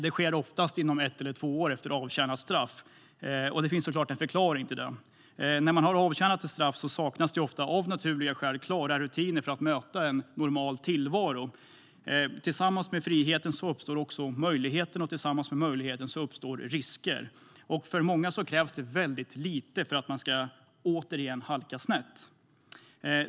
Det sker oftast inom ett eller två år efter avtjänat straff, och det finns såklart en förklaring till det. När man har avtjänat ett straff saknas ofta, av naturliga skäl, klara rutiner för att möta en normal tillvaro. Tillsammans med friheten uppstår också möjligheter, och med möjligheter uppstår risker. För många krävs det väldigt lite för att återigen halka snett.